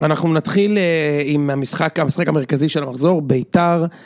אנחנו נתחיל עם המשחק, המשחק המרכזי של המחזור, ביתר.